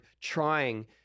trying